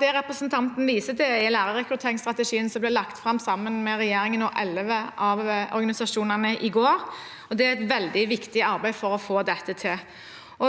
Det representanten viser til, er lærerrekrutteringsstrategien som ble lagt fram sammen med regjeringen og elleve av organisasjonene i går, og det er et veldig viktig arbeid for å få til dette.